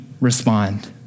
respond